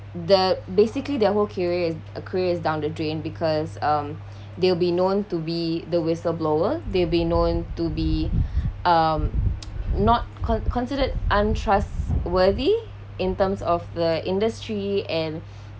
the basically their whole careers uh careers is down the drain because um they'll be known to be the whistle blower they'll be known to be um not con~ considered untrustworthy in terms of the industry and